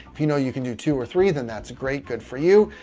if you know, you can do two or three then that's a great good for you,